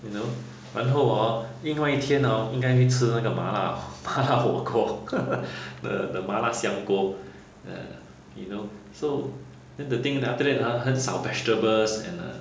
you know 然后 hor 另外一天 hor 应该会吃那个麻辣麻辣火锅 the the 麻辣香锅 uh you know so then the thing then after that ah 很少 vegetables and uh